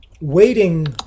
waiting